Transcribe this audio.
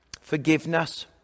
forgiveness